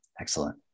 excellent